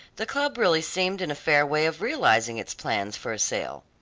the club really seemed in a fair way of realizing its plans for a sale.